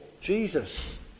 Jesus